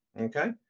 okay